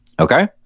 Okay